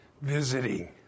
visiting